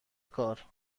کار